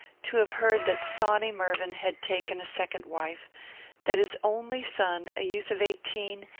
to have heard that sawny mervyn had taken a second wife that his only son, a youth of eighteen,